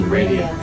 Radio